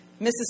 Mrs